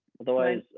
Otherwise